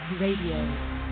Radio